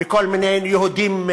וכל מיני יהודים,